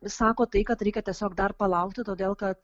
sako tai kad reikia tiesiog dar palaukti todėl kad